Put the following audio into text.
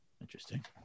Interesting